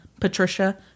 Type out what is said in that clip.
Patricia